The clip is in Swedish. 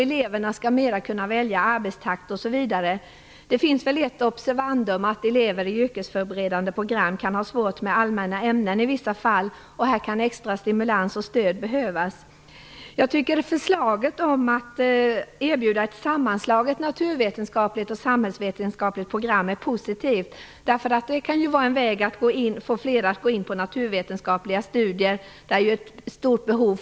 Eleverna skall kunna välja arbetstakt osv. Det finns väl ett observandum. Elever i yrkesförberedande program kan ha svårt med allmänna ämnen i vissa fall. Här kan extra stimulans och stöd behövas. Jag tycker att förslaget att erbjuda ett sammanslaget naturvetenskapligt och samhällsvetenskapligt program är positivt. Det kan ju vara en väg att få flera att gå in på naturvetenskapliga studier. Där finns det ju ett stort behov.